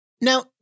Now